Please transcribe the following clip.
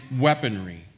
weaponry